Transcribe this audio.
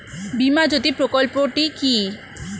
বীমা জ্যোতি প্রকল্পটি কি?